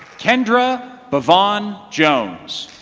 kendra but yvonne jones.